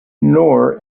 nor